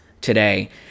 today